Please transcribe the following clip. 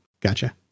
gotcha